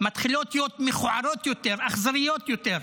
מתחילות להיות מכוערות יותר,